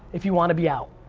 if you wanna be out.